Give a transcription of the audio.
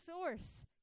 source